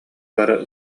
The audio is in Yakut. бары